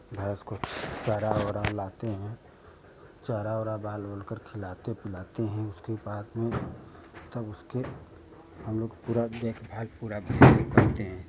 भैंस को चारा ऊरा लाते हैं चारा ऊरा बाल उल कर खिलाते पिलाते हैं उसके बाद में तब उसके हम लोग पूरी देख भाल पूरी देख भाल पूरा भी करते हें